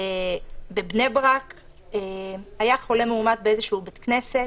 בבני ברק היה חולה מאומת באיזשהו בית כנסת.